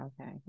Okay